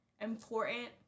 important